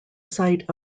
site